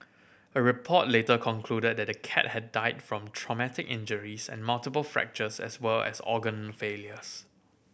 a report later concluded that the cat had died from traumatic injuries and multiple fractures as well as organ failures